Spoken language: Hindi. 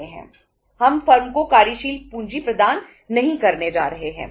हम फर्म को कार्यशील पूंजी प्रदान नहीं करने जा रहे हैं